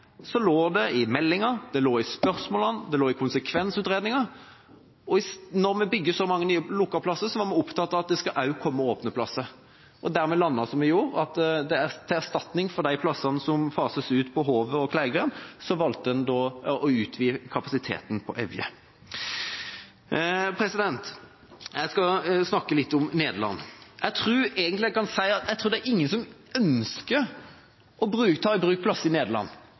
Så da Kleivgrend kom inn, lå det i meldinga, det lå i spørsmålene, det lå i konsekvensutredninga. Når vi bygger så mange nye lukkede plasser, var vi opptatt av at det også skal komme åpne plasser, og dermed landet vi som vi gjorde, at til erstatning for de plassene som fases ut på Håvet og Kleivgrend, valgte en å utvide kapasiteten på Evje. Jeg skal snakke litt om Nederland. Jeg tror egentlig jeg kan si at ingen ønsker å ta i bruk plasser i Nederland.